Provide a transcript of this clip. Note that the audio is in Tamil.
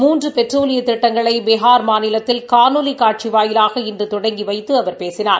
மூன்று பெட்ரோலிய திட்டங்களை பீகார் மாநிலத்தில் காணொலி காட்சி வாயலாக இன்று தொடங்கி வைத்து அவர் பேசினார்